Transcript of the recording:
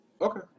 Okay